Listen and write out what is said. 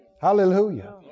Hallelujah